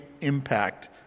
impact